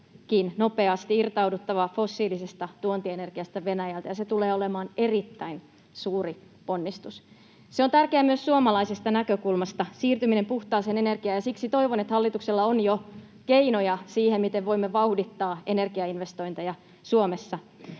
nopeasti irtauduttava fossiilisesta tuontienergiasta Venäjältä, ja se tulee olemaan erittäin suuri ponnistus. Se on tärkeää myös suomalaisesta näkökulmasta, siirtyminen puhtaaseen energiaan, ja siksi toivon, että hallituksella on jo keinoja siihen, miten voimme vauhdittaa energiainvestointeja Suomessa.